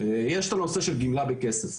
הנושא של גמלה בכסף.